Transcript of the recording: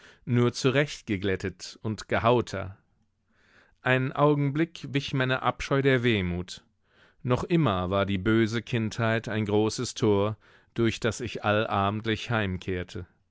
nur zurechtgeglättet und gehauter einen augenblick wich meine abscheu der wehmut noch immer war die böse kindheit ein großes tor durch das ich allabendlich heimkehrte